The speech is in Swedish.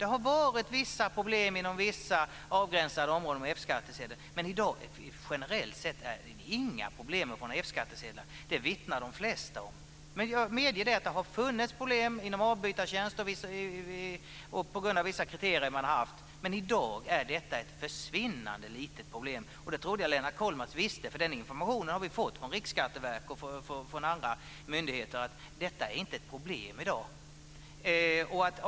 Det har varit vissa problem inom vissa avgränsade områden, men i dag är det generellt sett inga problem med att få en F-skattsedel. Det vittnar de flesta om. Men jag medger att det har funnits problem inom avbytartjänster på grund av vissa kriterier som gällt, men i dag är detta ett försvinnande litet problem. Det tror jag Lennart Kollmats visste. Vi har fått den informationen från Riksskatteverket och från andra myndigheter att detta inte är något problem i dag.